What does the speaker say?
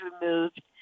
removed